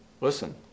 Listen